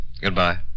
Goodbye